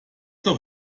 doch